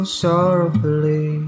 sorrowfully